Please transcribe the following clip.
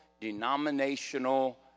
denominational